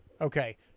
Okay